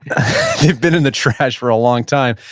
been in the trash for a long time.